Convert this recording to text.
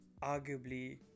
arguably